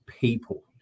people